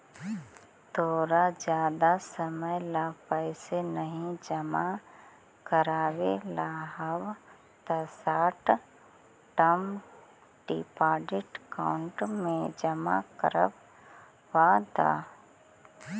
तोरा जादा समय ला पैसे नहीं जमा करवावे ला हव त शॉर्ट टर्म डिपॉजिट अकाउंट में जमा करवा द